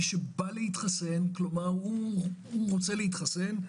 מי שבא להתחסן, הוא רוצה להתחסן,